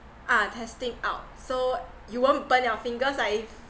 ah testing out so you won't burn your fingers lah if